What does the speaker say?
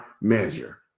measure